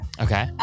Okay